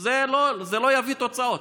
זה לא יביא תוצאות.